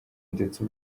ndetse